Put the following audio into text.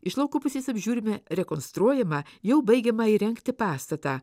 iš lauko pusės apžiūrime rekonstruojamą jau baigiamą įrengti pastatą